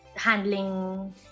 handling